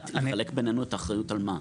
לחלק בינינו את האחריות על מה?